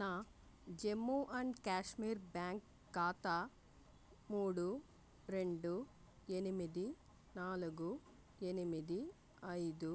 నా Jammu and Kashmir bank ఖాతా మూడు రెండు ఎనిమిది నాలుగు ఎనిమిది ఐదు